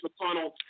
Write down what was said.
McConnell